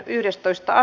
asia